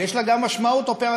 ויש לה גם משמעות אופרטיבית,